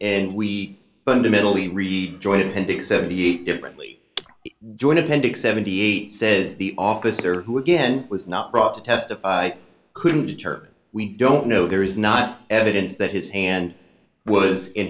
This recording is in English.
and we fundamentally read joining in big seventy eight differently join appendix seventy eight says the officer who again was not brought to testify couldn't determine we don't know there is not evidence that his hand was in